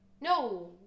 No